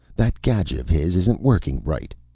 that gadget of his isn't working right!